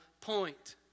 point